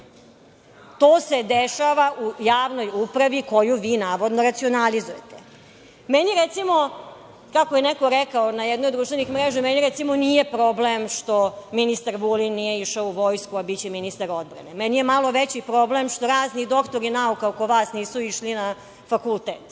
To se dešava u javnoj upravi koju vi navodno racionalizujete. Kako je neko rekao na jednoj od društvenih mreža, meni, recimo, nije problem što ministar Vulin nije išao u vojsku a biće ministar odbrane. Meni je malo veći problem što razni doktori nauka oko vas nisu išli na fakultet.